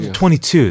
22